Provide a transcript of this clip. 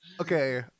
Okay